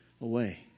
away